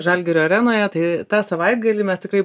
žalgirio arenoje tai tą savaitgalį mes tikrai